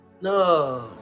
No